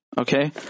Okay